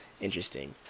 interesting